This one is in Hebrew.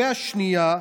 השנייה,